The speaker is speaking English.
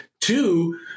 Two